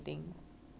yes